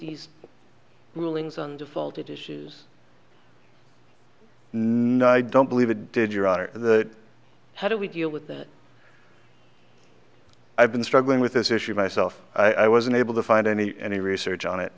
these rulings on defaulted issues no i don't believe it did your honor the how do we deal with that i've been struggling with this issue myself i was unable to find any any research on it